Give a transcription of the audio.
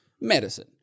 medicine